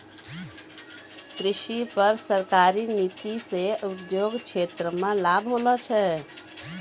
कृषि पर सरकारी नीति से उद्योग क्षेत्र मे लाभ होलो छै